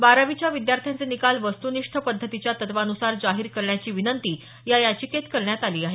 बारावीच्या विद्यार्थ्यांचे निकाल वस्तुनिष्ठ पद्धतीच्या तत्त्वानुसार जाहीर करण्याची विनंती या याचिकेत करण्यात आली आहे